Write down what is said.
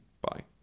bye